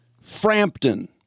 Frampton